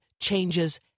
changes